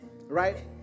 Right